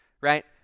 right